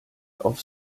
auf